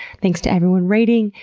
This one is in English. thanks to everyone rating,